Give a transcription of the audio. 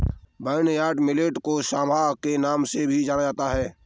barnyard millet को सांवा के नाम से भी जाना जाता है